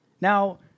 Now